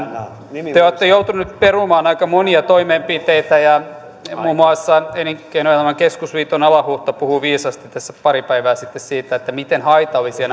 teette te olette joutuneet perumaan aika monia toimenpiteitä ja muun muassa elinkeinoelämän keskusliiton alahuhta puhui viisaasti tässä pari päivää sitten siitä miten haitallisia